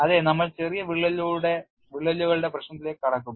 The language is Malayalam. അതെ നമ്മൾ ചെറിയ വിള്ളലുകളുടെ പ്രശ്നത്തിലേക്ക് കടക്കും